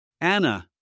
Anna